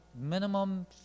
minimum